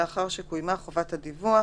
לאחר שקוימה חובת הדיווח